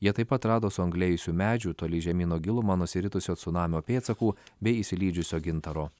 jie taip pat rado suanglėjusių medžių toli žemyno giluma nusiritusio cunamio pėdsakų bei išsilydžiusio gintaro